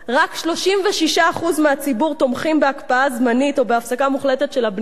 רק 36% מהציבור תומכים בהקפאה זמנית או בהפסקה מוחלטת של הבנייה,